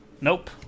nope